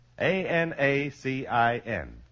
A-N-A-C-I-N